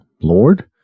Lord